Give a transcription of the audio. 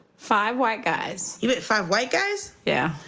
five white guys. you beat five white guys? yeah.